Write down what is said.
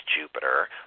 Jupiter